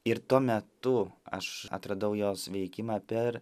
ir tuo metu aš atradau jos veikimą per